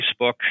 Facebook